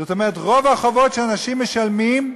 זאת אומרת, רוב החובות שאנשים משלמים,